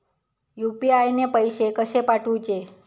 UPI ने पैशे कशे पाठवूचे?